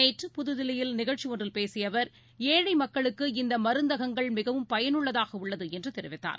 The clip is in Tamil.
நேற்று புதுதில்லியில் நிகழ்ச்சிஒன்றில் பேசியஅவர் ஏழைமக்களுக்கு இந்தமருந்தகங்கள் மிகவும் பயனுள்ளதாகஉள்ளதுஎன்றுதெரிவித்தார்